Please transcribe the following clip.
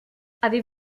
avez